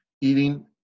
eating